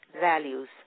values